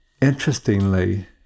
interestingly